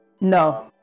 No